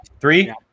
Three